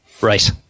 Right